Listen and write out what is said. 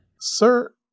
Sir